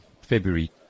February